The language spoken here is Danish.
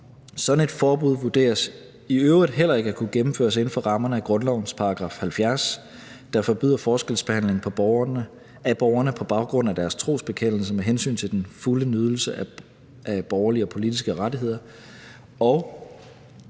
Sådan et forbud vurderes i øvrigt heller ikke at kunne gennemføres inden for rammerne af grundlovens § 70, der forbyder forskelsbehandling af borgerne på baggrund af deres trosbekendelse med hensyn til den fulde nydelse af borgerlige og politiske rettigheder.